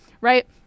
right